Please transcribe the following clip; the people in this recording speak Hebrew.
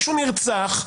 מישהו נרצח,